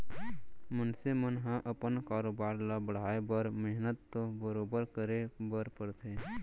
मनसे मन ह अपन कारोबार ल बढ़ाए बर मेहनत तो बरोबर करे बर परथे